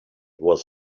was